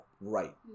right